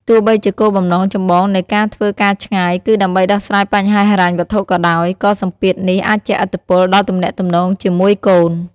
ទោះបីជាគោលបំណងចម្បងនៃការធ្វើការឆ្ងាយ គឺដើម្បីដោះស្រាយបញ្ហាហិរញ្ញវត្ថុក៏ដោយ ក៏សម្ពាធនេះអាចជះឥទ្ធិពលដល់ទំនាក់ទំនងជាមួយកូន។